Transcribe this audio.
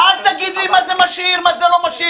אל תגיד לי מה זה משאיר, מה זה לא משאיר.